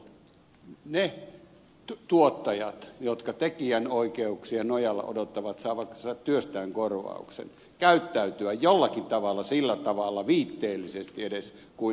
saattaisivatko ne tuottajat jotka tekijänoikeuksien nojalla odottavat saavansa työstään korvauksen käyttäytyä jotenkin sillä tavalla viitteellisesti edes kuin ed